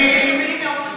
זה נורא ששר בממשלה מייעץ לנו,